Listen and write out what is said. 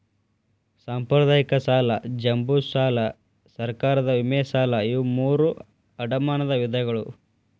ಸಾಂಪ್ರದಾಯಿಕ ಸಾಲ ಜಂಬೂ ಸಾಲಾ ಸರ್ಕಾರದ ವಿಮೆ ಸಾಲಾ ಇವು ಮೂರೂ ಅಡಮಾನದ ವಿಧಗಳು